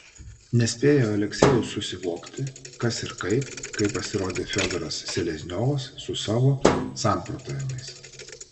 nespėjo aleksejus susivokti kas ir kaip kai pasirodė fiodoras selezniovas su savo samprotavimais